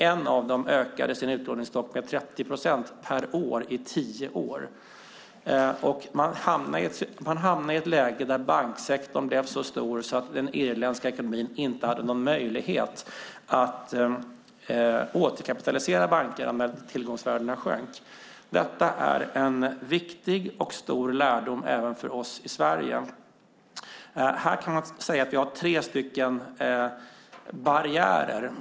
En av dem ökade sin utlåningsstock med 30 procent per år i tio år. Man hamnade i ett läge där banksektorn blev så stor att den irländska ekonomin inte hade någon möjlighet att återkapitalisera bankerna när tillgångsvärdena sjönk. Detta är en viktig och stor lärdom även för oss i Sverige. Man kan säga att vi har tre barriärer.